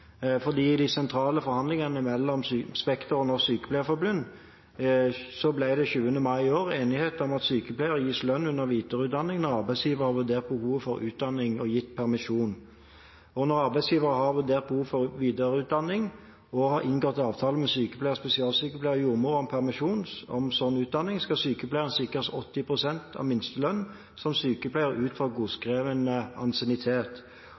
I de sentrale forhandlingene mellom Spekter og Norsk Sykepleierforbund ble det den 20. mai i år enighet om at sykepleiere gis lønn under videreutdanning når arbeidsgiver har vurdert behovet for utdanning og gitt permisjon. Når arbeidsgiver har vurdert behov for videreutdanning og har inngått avtale med sykepleier/spesialsykepleier eller jordmor om permisjon til slik utdanning, skal sykepleieren sikres 80 pst. av minstelønn som sykepleier ut fra